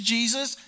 Jesus